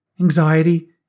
anxiety